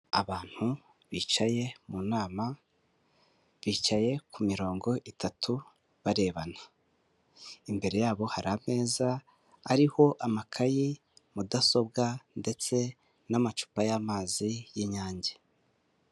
Abantu bicaye mu nama, bicaye ku mirongo itatu barebana, imbere yabo hari ameza ariho amakayi, mudasobwa ndetse n'amacupa y'amazi y'inyange.